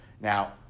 Now